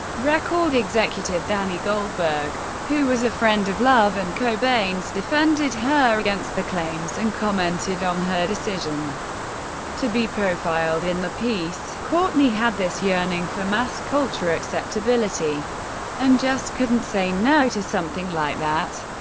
record executive danny goldberg, who was a friend of love and cobain's, defended her against the claims, and commented on her decision to be profiled in the piece courtney had this yearning for mass-culture acceptability and just couldn't say no to something like that.